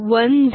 101